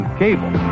cable